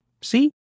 See